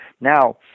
Now